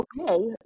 okay